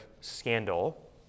scandal